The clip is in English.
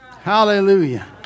Hallelujah